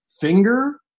finger